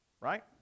right